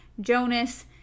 Jonas